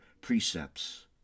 precepts